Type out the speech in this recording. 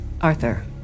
arthur